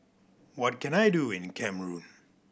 what can I do in Cameroon